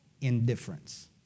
Indifference